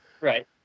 Right